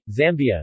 Zambia